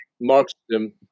Marxism